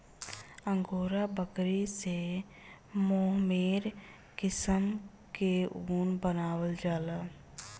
angora बकरी से mohair किसिम के ऊन बनावल जाला